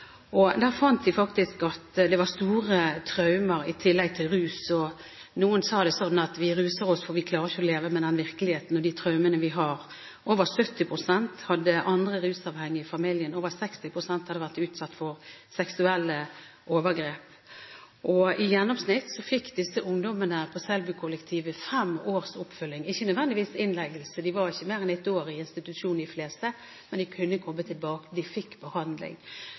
fant de faktisk at det var store traumer i tillegg til rus. Noen sa det slik: Vi ruser oss fordi vi ikke klarer å leve med den virkeligheten og de traumene vi har. Over 70 pst. hadde andre rusavhengige i familien, og over 60 pst. hadde vært utsatt for seksuelle overgrep. I gjennomsnitt fikk disse ungdommene på Selbukollektivet fem års oppfølging, ikke nødvendigvis innleggelse. De fleste var ikke mer enn ett år i institusjonen, men de kunne komme tilbake. De fikk behandling.